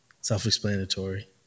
Self-explanatory